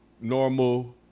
normal